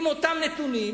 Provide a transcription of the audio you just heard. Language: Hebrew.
עם אותם נתונים,